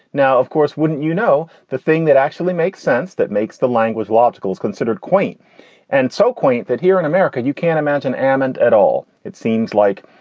now, of course, wouldn't you know, the thing that actually makes sense, that makes the language logical is considered quaint and so quaint that here in america you can't imagine ammend at all it seems like,